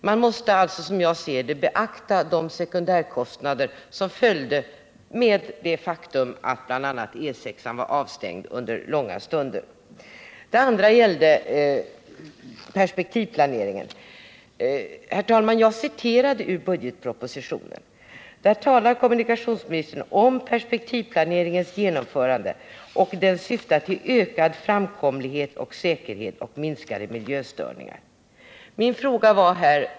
Man måste, som jag ser det, alltså beakta också de sekundärkostnader som följde med det faktum att bl.a. E 6 var avstängd under långa perioder. Den andra saken gäller perspektivplaneringen. Jag citerade ur budgetpropositionen, herr talman, där kommunikationsministern talar om perspektivplaneringens genomförande och att den syftar till ökad framkomlighet och säkerhet samt minskade miljöförstöringar.